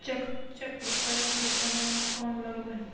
चक्रीकरन के समय में कोन लगबै?